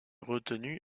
retenue